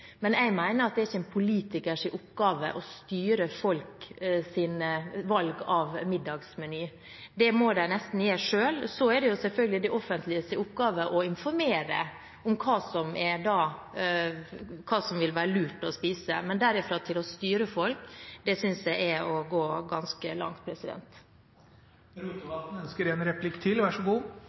men jeg mener at det ikke er politikernes oppgave å styre folks valg av middagsmeny. Det må de nesten gjøre selv. Så er det selvfølgelig det offentliges oppgave å informere om hva som vil være lurt å spise, men derifra til å styre folk, synes jeg er å gå ganske langt.